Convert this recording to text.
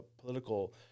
political